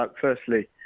Firstly